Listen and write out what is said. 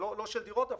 לא של דירות דווקא,